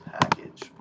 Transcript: package